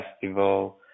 Festival